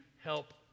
help